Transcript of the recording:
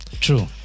true